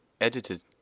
edited